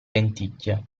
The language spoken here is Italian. lenticchie